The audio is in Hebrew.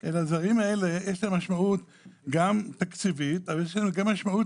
לדברים האלה יש משמעות תקציבית וגם משמעות